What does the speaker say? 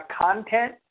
content